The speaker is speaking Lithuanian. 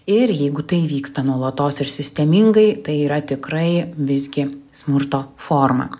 ir jeigu tai vyksta nuolatos ir sistemingai tai yra tikrai visgi smurto forma